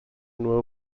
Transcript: nuevo